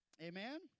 Amen